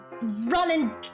running